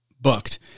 booked